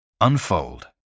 Unfold